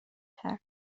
کرد